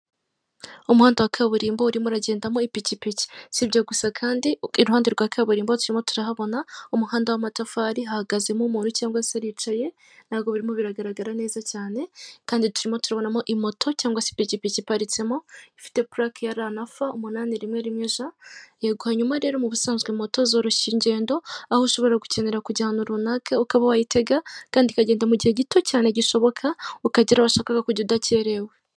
Umuhanda wa kaburimbo urimo uragendamo ipikipiki si ibyo gusa kandi iruhande rwa kaburimbo turimo turahabona umuhanda w'amatafari hahagazemo umuntu cyangwa se aricaye, ntago birimo biragaragara neza cyane, kandi turimo turabonamo imoto cyangwa se ipikipiki iparitsemo ifite purake ya RF811J, yego hanyuma rero m'ubusanzwe moto zoroshya ingendo aho ushobora gukenera kujya ahantu runaka ukaba wayitega kandi ukagenda mu gihe gito cyane gishoboka, ukagera washakwashakaga kujya udakerewe.